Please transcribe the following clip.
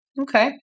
Okay